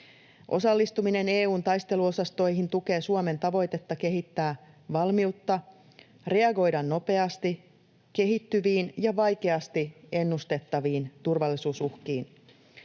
Osallistuminen EU:n taisteluosastoihin tukee Suomen tavoitetta kehittää valmiutta reagoida nopeasti kehittyviin ja vaikeasti ennustettaviin turvallisuusuhkiin.